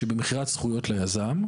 שבמכירת זכויות ליזם,